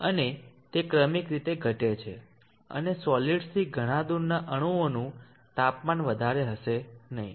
અને તે ક્રમિક રીતે ઘટે છે અને સોલીડ્સથી ઘણા દૂરના અણુઓનું તાપમાન વધારે હશે નહીં